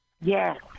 Yes